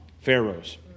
Pharaoh's